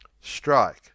strike